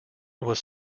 was